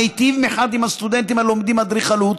המיטיב מחד עם הסטודנטים הלומדים אדריכלות,